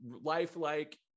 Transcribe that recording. lifelike